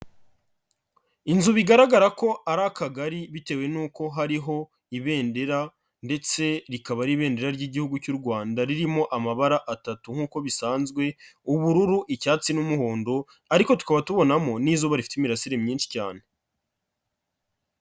Inzu bigaragara ko ari akagari bitewe n'uko hariho ibendera ndetse rikaba ari ibendera ry'igihugu cy'u Rwanda ririmo amabara atatu nk'uko bisanzwe; ubururu, icyatsi n'umuhondo, ariko tukaba tubonamo n'izuba rifite imirasire myinshi cyane.